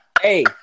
Hey